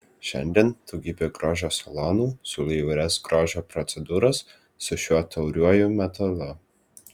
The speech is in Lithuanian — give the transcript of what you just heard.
šiandien daugybė grožio salonų siūlo įvairias grožio procedūras su šiuo tauriuoju metalu